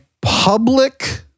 public